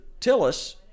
Tillis